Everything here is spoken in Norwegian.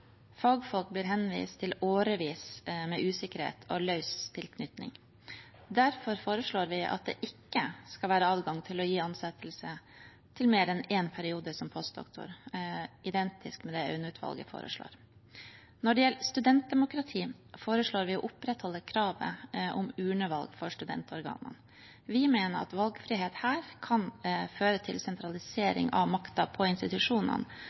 Fagfolk blir henvist til årevis med usikkerhet og løs tilknytning. Derfor foreslår vi at det ikke skal være adgang til å gi ansettelse for mer enn én periode som postdoktor, identisk med det Aune-utvalget foreslår. Når det gjelder studentdemokrati, foreslår vi å opprettholde kravet om urnevalg for studentorganer. Vi mener at valgfrihet her kan føre til sentralisering av makten på institusjonene,